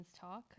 talk